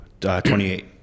28